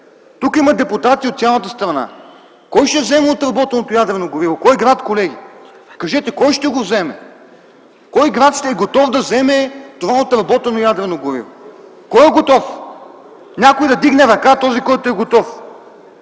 Тук има депутати от цялата страна. Кой ще вземе отработеното ядрено гориво? Кой град, колеги? Кажете кой ще го вземе? Кой град ще е готов да вземе това отработено ядрено гориво? Кой е готов? Някой да вдигне ръка – този, който е готов.